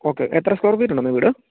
okay എത്ര square ഫീറ്റുണ്ടെന്നേ വീട്